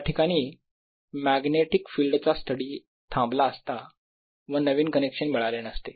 या ठिकाणी magnetic field चा स्टडी थांबला असता व नवीन कनेक्शन मिळाले नसते